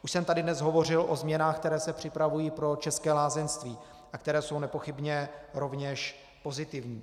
Už jsem tady dnes hovořil o změnách, které se připravují pro české lázeňství a které jsou nepochybně rovněž pozitivní.